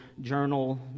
journal